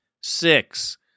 Six